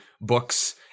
books